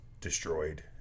destroyed